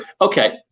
Okay